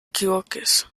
equivoques